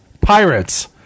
Pirates